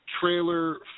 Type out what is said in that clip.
trailer